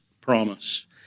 promise